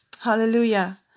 Hallelujah